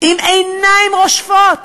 עם עיניים רושפות